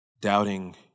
Doubting